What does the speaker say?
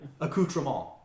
Accoutrement